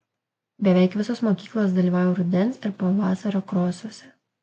beveik visos mokyklos dalyvauja rudens ir pavasario krosuose